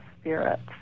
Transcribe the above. spirits